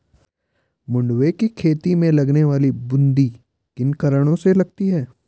मंडुवे की खेती में लगने वाली बूंदी किन कारणों से लगती है?